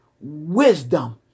wisdom